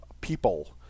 people